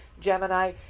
Gemini